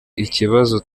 ikibazo